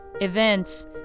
Events